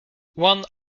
one